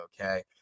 okay